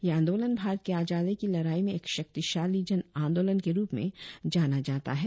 यह आंदोलन भारत की आजादी की लड़ाई में एक शक्तिशाली जन आंदोलन के रुप में जाना जाता है